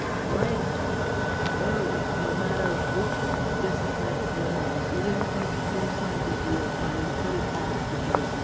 write early no matter which discipline you're in even with my computer scientists who are trying to put it off because,